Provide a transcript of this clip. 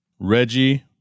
Reggie